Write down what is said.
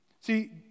See